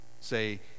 say